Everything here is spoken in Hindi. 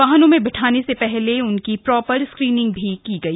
वाहनों में बिठाने से पहले उनकी प्रॉपर स्क्रीनिंग की गई